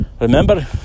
Remember